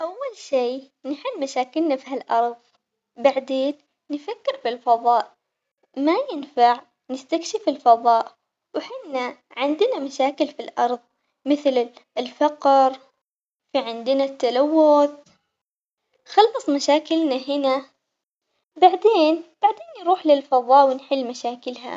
أول شي نحل مشاكلنا في هالأرض بعدين نفكر في الفضاء، ما ينفع نستكشف الفضاء وحنا عندنا مشاكل في الأرض مثل الفقر في عندنا التلوث، نخلص مشاكلنا هنا بعدين بعدين نروح للفضاء ونحل مشاكلها.